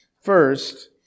first